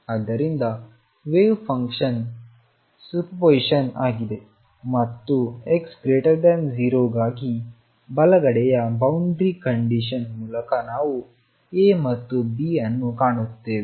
ಆದ್ದರಿಂದ wave function superposition ಆಗಿದೆ ಮತ್ತು x 0 ಗಾಗಿ ಬಲಗಡೆಯ ಬೌಂಡರಿ ಕಂಡೀಶನ್ ಮೂಲಕ ನಾವು A ಮತ್ತು B ಅನ್ನು ಕಾಣುತ್ತೇವೆ